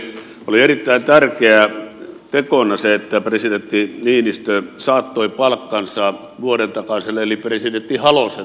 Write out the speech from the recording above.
oli erittäin tärkeää tekona se että presidentti niinistö saattoi palkkansa vuoden takaiselle eli presidentti halosen tasolle